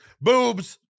Boobs